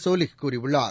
சோலிஹ் கூறியுள்ளார்